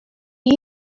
you